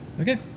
Okay